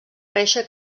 reixa